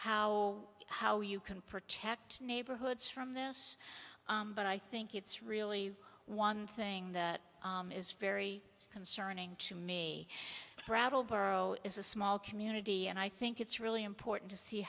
how how you can protect neighborhoods from them but i think it's really one thing that is very concerning to me brattleboro is a small community and i think it's really important to see